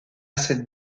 cette